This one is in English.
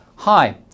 Hi